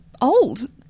old